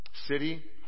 City